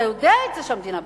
אתה יודע את זה שהמדינה בצרות.